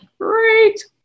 great